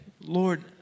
Lord